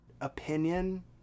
opinion